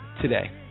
today